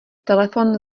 telefon